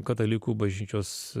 katalikų bažnyčios